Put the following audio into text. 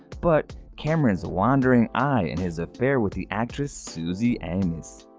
but cameron's wandering eye and his affair with the actress, suzy amis.